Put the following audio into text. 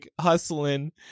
hustling